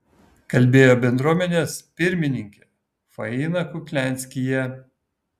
kalbėjo bendruomenės pirmininkė faina kuklianskyje